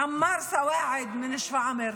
עמאר סואעד משפרעם.